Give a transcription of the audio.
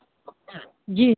जी